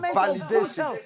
validation